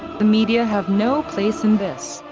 the media have no place in this.